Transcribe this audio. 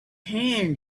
hand